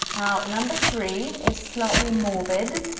now, number three is slightly morbid.